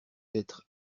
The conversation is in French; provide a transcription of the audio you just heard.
être